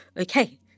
okay